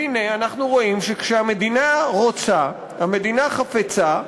והנה אנחנו רואים שכשהמדינה רוצה, כשהמדינה חפצה,